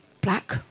black